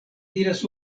diras